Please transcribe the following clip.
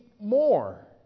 more